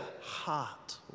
heart